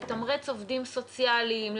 לתמרץ עובדים סוציאליים,